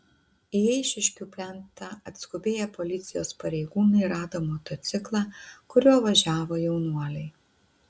į eišiškių plentą atskubėję policijos pareigūnai rado motociklą kuriuo važiavo jaunuoliai